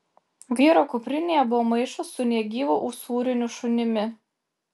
vyro kuprinėje buvo maišas su negyvu usūriniu šunimi